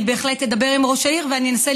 אני בהחלט אדבר עם ראש העיר ואני אנסה